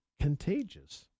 contagious